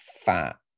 fat